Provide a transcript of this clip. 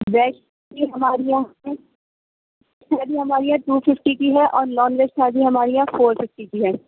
veg کی ہماری یہاں ویج ہماری یہاں ٹو فِفٹی کی ہے اور نان ویج تھالی ہماری ہے فور فِفٹی کی ہے